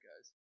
guys